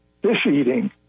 fish-eating